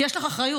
כי יש לך אחריות.